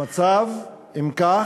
המצב, אם כך,